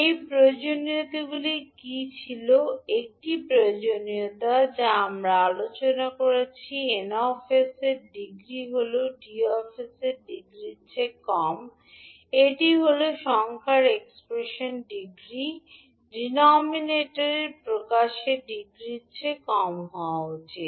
এই প্রয়োজনীয়তাগুলি কী ছিল একটি প্রয়োজনীয়তা যা আমরা আলোচনা করেছি 𝑁 𝑠 এর ডিগ্রি অবশ্যই 𝐷 𝑠 ডিগ্রির চেয়ে কম হওয়া উচিত এটি হল সংখ্যার এক্সপ্রেশন ডিগ্রি হল ডিনোমিনেটরে প্রকাশের ডিগ্রির চেয়ে কম হওয়া উচিত